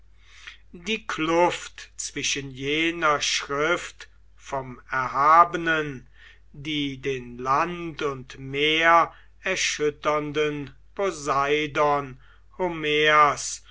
die kluft zwischen jener schrift vom erhabenen die den land und meer erschütternden poseidon